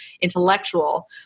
intellectual